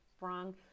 wrong